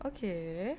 okay